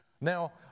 Now